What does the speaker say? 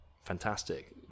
fantastic